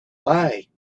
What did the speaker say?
lie